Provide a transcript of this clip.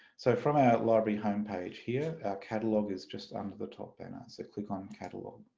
so from our library homepage here our catalogue is just under the top banner so click on catalogue.